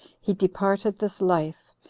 he departed this life,